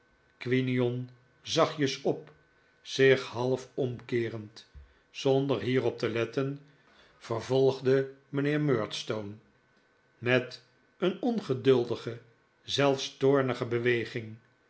antquinion zachtjes op zich half omkeerend zonder hierop te letten vervolgde mijnheer murdstone met een ongeduldige zelfs toornige beweging